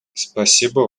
спасибо